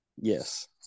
Yes